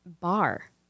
bar